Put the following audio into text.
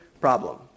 problem